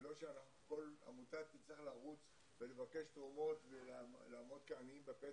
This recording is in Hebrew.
ולא שכל עמותה תצטרך לרוץ ולבקש תרומות ולעמוד כעניים בפתח,